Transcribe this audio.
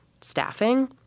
staffing